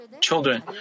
children